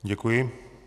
Děkuji.